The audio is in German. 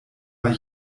mal